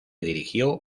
dirigió